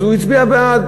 אז הוא הצביע בעד,